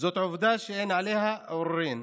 זאת עובדה שאין עליה עוררין,